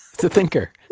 thinker.